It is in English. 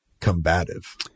combative